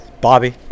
bobby